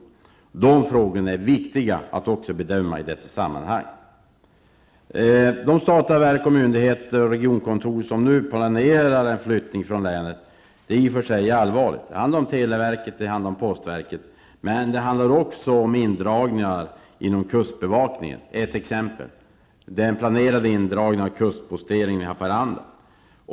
Det är frågor som är viktiga att bedöma även i dessa sammanhang. Det är i och för sig allvarligt med de statliga verken, myndigheter och regionkontor som nu planerar att flytta från länet. Det handlar om televerket och postverket. Men det handlar också om indragningar inom kustbevakningen. Ett exempel är den planerade indragningen av kustposteringen i Haparanda.